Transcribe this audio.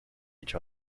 each